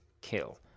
kill